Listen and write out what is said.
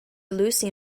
lucy